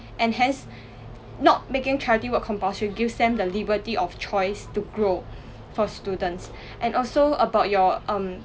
and hence not making charity work compulsory gives them the liberty of choice to grow for students and also about your um